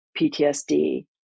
PTSD